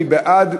מי בעד?